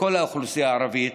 כל האוכלוסייה הערבית,